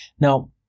Now